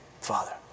Father